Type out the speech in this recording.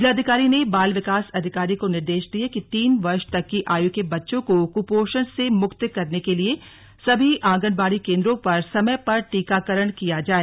जिलाधिकारी ने बाल विकास अधिकारी को निर्देश दिए कि तीन वर्ष तक की आयु के बच्चों को कुपोशण से मुक्त करने के लिए सभी आंगनबाड़ी केन्द्रों पर समय पर टीकाकरण किया जाय